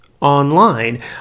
online